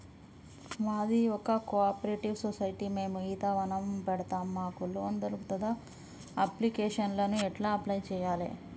మాది ఒక cooperative society మేము ఈత వనం పెడతం మాకు లోన్ దొర్కుతదా? అప్లికేషన్లను ఎట్ల అప్లయ్ చేయాలే?